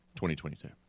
2022